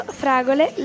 fragole